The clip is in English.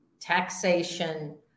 taxation